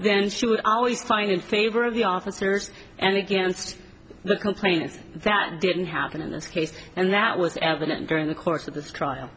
then she would always find in favor of the officers and against the complaints that didn't happen in this case and that was evident during the course of this trial